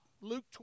Luke